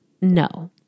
No